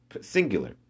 singular